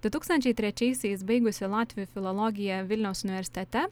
du tūkstančiai trečiaisiais baigusi latvių filologiją vilniaus universitete